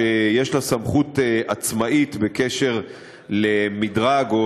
שיש לה סמכות עצמאית בקשר למדרג או